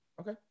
Okay